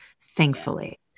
thankfully